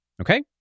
Okay